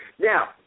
Now